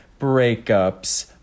breakups